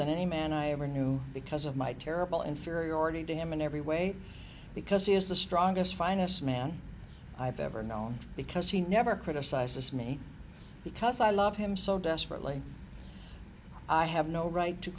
than any man i ever knew because of my terrible inferiority to him in every way because he is the strongest finest man i've ever known because he never criticizes me because i love him so desperately i have no right to